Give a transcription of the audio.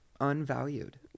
unvalued